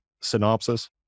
synopsis